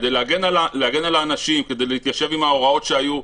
כדי להגן על האנשים וכדי להתיישב עם ההוראות שהיו.